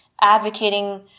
advocating